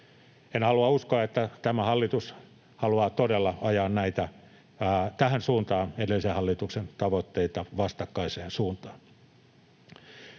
En halua uskoa, että tämä hallitus haluaa todella ajaa näitä asioita tähän suuntaan, edellisen hallituksen tavoitteita vastakkaiseen suuntaan.